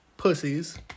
Pussies